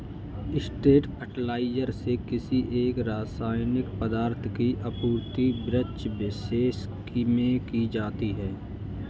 straight fertiliser से किसी एक रसायनिक पदार्थ की आपूर्ति वृक्षविशेष में की जाती है